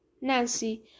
Nancy